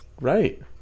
Right